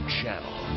channel